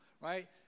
right